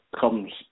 comes